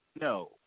No